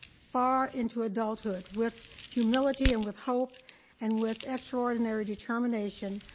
far into adulthood. with humility and with hope and with extraordinary determination,